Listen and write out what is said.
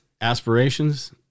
Aspirations